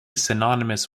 synonymous